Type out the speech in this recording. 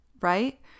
right